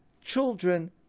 children